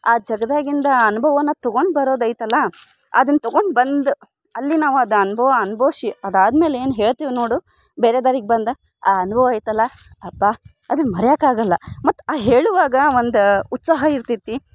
ಆ ಜಾಗದಾಗಿಂದ ಅನುಭವವನ್ನ ತಗೊಂಡು ಬರೋದೈತಲ್ಲ ಅದನ್ನ ತಗೊಂಡು ಬಂದು ಅಲ್ಲಿ ನಾವು ಅದು ಅನುಭವ ಅನುಭವ್ಸಿ ಅದು ಆದ್ಮೇಲೆ ಏನು ಹೇಳ್ತೀವಿ ನೋಡು ಬೇರೆ ದಾರಿಗೆ ಬಂದು ಆ ಅನುಭವ ಐತಲ್ಲ ಅಬ್ಬಾ ಅದನ್ನ ಮರೆಯೋಕೆ ಆಗೋಲ್ಲ ಮತ್ತು ಹೇಳುವಾಗ ಒಂದು ಉತ್ಸಾಹ ಇರ್ತೈತಿ